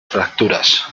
fracturas